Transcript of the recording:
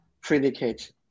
predicate